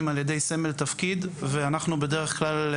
על ידי סמל תפקיד ואנחנו בדרך כלל,